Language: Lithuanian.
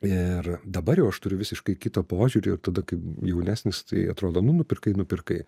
ir dabar jau aš turiu visiškai kitą požiūrį ir tada kai jaunesnis tai atrodo nu nupirkai nupirkai